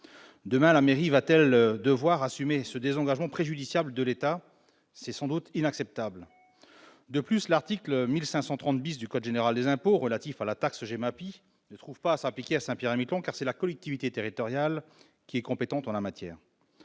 Demain, la mairie devra-t-elle assumer ce désengagement préjudiciable de l'État ? C'est inacceptable. De plus, l'article 1530 du code général des impôts relatif à la taxe GEMAPI ne sera pas applicable à Saint-Pierre-et-Miquelon, car c'est la collectivité territoriale qui est compétente en matière